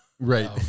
Right